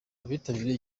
abitabiriye